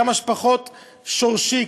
כמה שפחות שורשי,